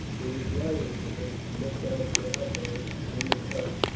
it was lighter here, and he could make out the outline of the rude hut,